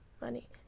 money